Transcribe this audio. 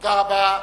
תודה רבה.